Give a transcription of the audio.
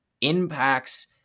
impacts